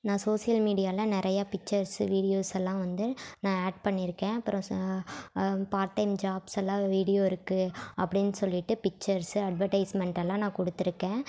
நான் சோசியல் மீடியாவில நிறையா பிச்சர்ஸ்ஸு வீடியோஸ் எல்லாம் வந்து நான் ஆட் பண்ணிருக்கேன் அப்புறம் சா பார்ட் டைம் ஜாப்ஸ் எல்லாம் வீடியோ இருக்குது அப்படின்னு சொல்லிட்டு பிச்சர்ஸ்ஸு அட்வடைஸ்மெண்ட் எல்லாம் நான் கொடுத்துருக்கேன்